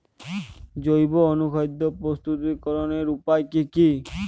জৈব অনুখাদ্য প্রস্তুতিকরনের উপায় কী কী?